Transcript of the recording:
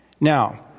Now